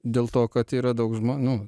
dėl to kad yra daug žmonių